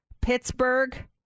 Pittsburgh